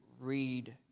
read